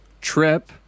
trip